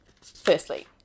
Firstly